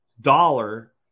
dollar